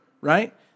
right